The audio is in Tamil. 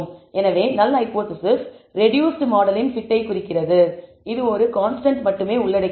எனவே நல் ஹைபோதேசிஸ் ரெடூஸ்ட் மாடலின் fit ஐ குறிக்கிறது இது ஒரு கான்ஸ்டன்டை மட்டுமே உள்ளடக்கியது